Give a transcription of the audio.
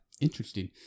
interesting